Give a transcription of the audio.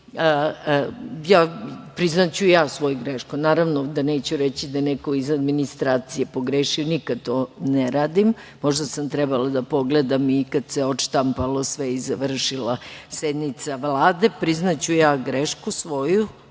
boli, priznaću ja svoju grešku, neću reći da je neko iz administracije pogrešio jer nikad to ne radim, možda sam trebala da pogledam i kad se odštampalo sve i završila sednica Vlade, priznaću ja grešku svoju